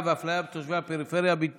אפליה של תושבי הפריפריה ופגיעה בהם,